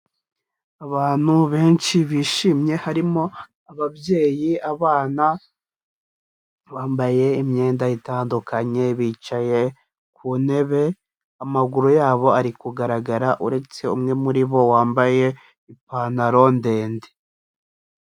Abantu benshi bishimye harimo ababyeyi, abana, bambaye imyenda itandukanye, bicaye ku ntebe amaguru yabo ari kugaragara uretse umwe muri bo wambaye ipantaro ndende.